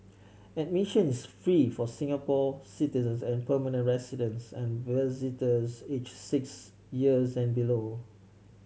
admissions is free for Singapore citizens and permanent residents and visitors aged six years and below